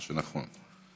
מה שנכון,